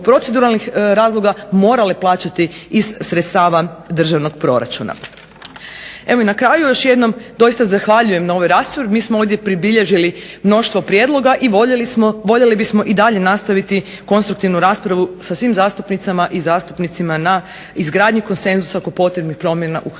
proceduralnih razloga morale plaćati iz sredstava državnog proračuna. Evo i na kraju još jednom doista zahvaljujem na ovoj raspravi. Mi smo ovdje pribilježili mnoštvo prijedloga i voljeli bismo i dalje nastaviti konstruktivnu raspravu sa svim zastupnicama i zastupnicima na izgradnji konsenzusa oko potrebnih promjena u hrvatskom